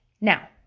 Now